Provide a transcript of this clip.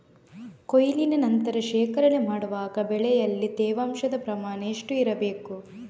ಕೊಯ್ಲಿನ ನಂತರ ಶೇಖರಣೆ ಮಾಡುವಾಗ ಬೆಳೆಯಲ್ಲಿ ತೇವಾಂಶದ ಪ್ರಮಾಣ ಎಷ್ಟು ಇರಬೇಕು?